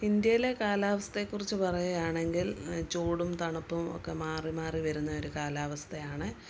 ഇന്ത്യയിലെ കാലാവസ്ഥയെക്കുറിച്ച് പറയുകയാണെങ്കിൽ ചൂടും തണുപ്പും ഒക്കെ മാറി മാറി വരുന്നൊരു കാലാവസ്ഥയാണ്